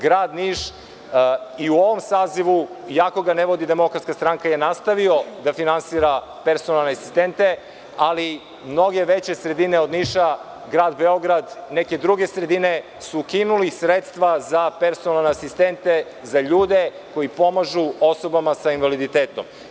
Grad Niš i u ovom sazivu, iako ga ne vodi DS, je nastavio da finansira personalne asistente, ali mnoge veće sredine od Niša, Grad Beograd, neke druge sredine su ukinuli sredstva za personalne asistente za ljude koji pomažu osobama sa invaliditetom.